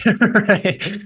right